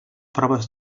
proves